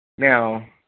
Now